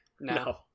No